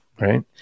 Right